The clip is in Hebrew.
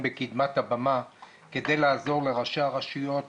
בקדמת הבמה כדי לעזור לראשי הרשויות,